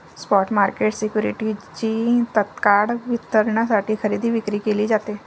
spot market सिक्युरिटीजची तत्काळ वितरणासाठी खरेदी विक्री केली जाते